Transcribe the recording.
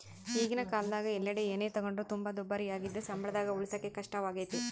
ಈಗಿನ ಕಾಲದಗ ಎಲ್ಲೆಡೆ ಏನೇ ತಗೊಂಡ್ರು ತುಂಬಾ ದುಬಾರಿಯಾಗಿದ್ದು ಸಂಬಳದಾಗ ಉಳಿಸಕೇ ಕಷ್ಟವಾಗೈತೆ